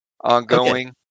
ongoing